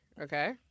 okay